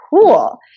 cool